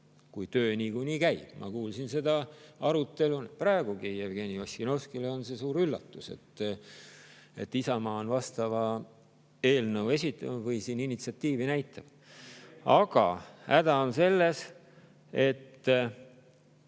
kui töö niikuinii käib. Ma kuulsin seda arutelu praegugi. Jevgeni Ossinovskile on see suur üllatus, et Isamaa on vastava eelnõu esitanud või siin initsiatiivi näidanud. Aga häda on selles, et